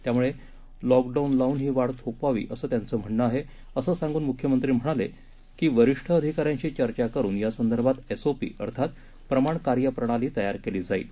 त्यामुळे लॉकडाऊन लावून ही वाढ थोपवावी असं त्यांचं म्हणणं आहे असं सांगून मुख्यमंत्री म्हणाले की वरिष्ठ अधिकाऱ्यांशी चर्चा करून यासंदर्भात एसओपी अर्थात प्रमाण कार्य प्रणाली तयार केली जाईल